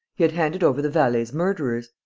he had handed over the valet's murderers.